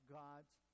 god's